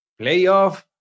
Playoff